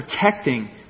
protecting